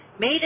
made